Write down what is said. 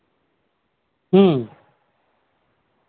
ᱦᱮᱸ